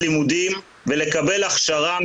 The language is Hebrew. הם הלכו ללמוד שם כי שם אין תנאי קבלה,